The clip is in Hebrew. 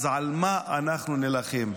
אז על מה אנחנו נילחם?